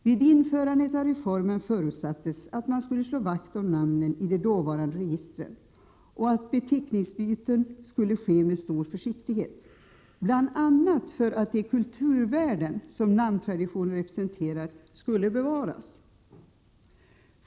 Vid införandet av reformen förutsattes att man skulle slå vakt om namnen i de dåvarande registren och att beteckningsbyten skulle ske med stor försiktighet, bl.a. för att de kulturvärden som namntraditionen representerar skulle bevaras.